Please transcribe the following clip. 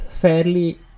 fairly